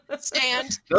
Stand